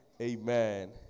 Amen